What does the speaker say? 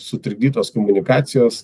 sutrikdytos komunikacijos